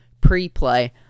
pre-play